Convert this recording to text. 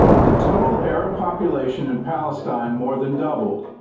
the total arab population in palestine more than doubled.